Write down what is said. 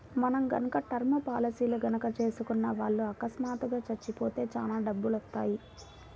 మనం గనక టర్మ్ పాలసీలు గనక చేసుకున్న వాళ్ళు అకస్మాత్తుగా చచ్చిపోతే చానా డబ్బులొత్తయ్యి